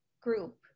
group